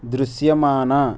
దృశ్యమాన